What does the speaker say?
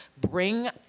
bring